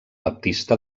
baptista